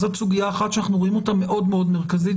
זאת סוגיה אחת שאנחנו רואים אותה מאוד מאוד מרכזית,